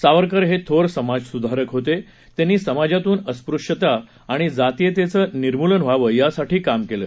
सावरकर हे थोर समाजसुधारक होते त्यांनी समाजातून अस्पृष्यता आणइ जातीयतेचं निर्मुलन व्हावं यासाठी काम केलं